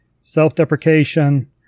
self-deprecation